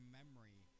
memory